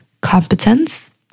competence